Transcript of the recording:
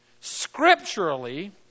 Scripturally